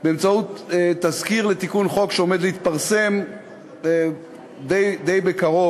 באמצעות תזכיר תיקון חוק שעומד להתפרסם די בקרוב.